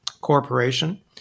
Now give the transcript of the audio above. Corporation